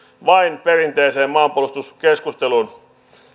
vain perinteiseen maanpuolustuskeskusteluun